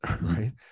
right